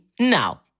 Now